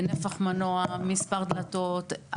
נפח מנוע; מספר דלתות,